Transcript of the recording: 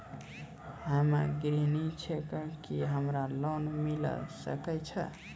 हम्मे गृहिणी छिकौं, की हमरा लोन मिले सकय छै?